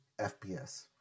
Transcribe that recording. FPS